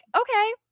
okay